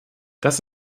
das